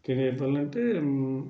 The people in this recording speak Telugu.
తినే పళ్ళు అంటే